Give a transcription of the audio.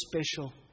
special